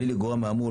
"בלי לגרוע מהאמור,